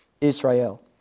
Israel